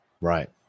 Right